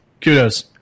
kudos